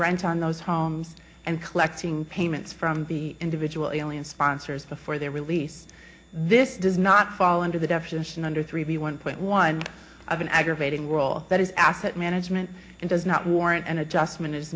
rent on those homes and collecting payments from the individual only and sponsors before their release this does not fall under the definition under three v one point one of an aggravating role that is asset management and does not warrant an adjustment